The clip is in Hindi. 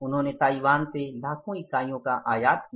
उन्होंने ताइवान से लाखों इकाइयों का आयात किया